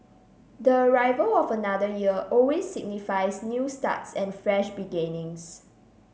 the arrival of another year always signifies new starts and fresh beginnings